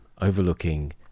overlooking